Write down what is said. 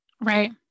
Right